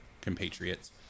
compatriots